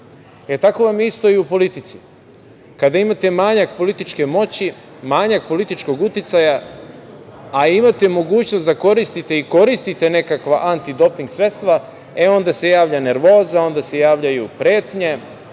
Tako vam je isto u politici. Kada imate manjak političke moći, manjak političkog uticaja, a imate mogućnost da koristite i koristite nekakva antidoping sredstva, e onda se javlja nervoza, onda se javljaju pretnje,